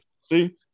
See